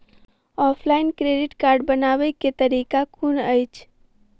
Offline credit card बनाबै केँ तरीका केँ कुन अछि?